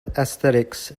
aesthetics